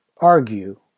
argue